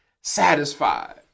satisfied